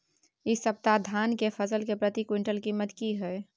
इ सप्ताह धान के फसल के प्रति क्विंटल कीमत की हय?